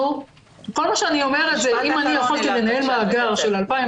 כל מה שאני אומרת זה אם אני יכולתי לנהל מאגר של 2,000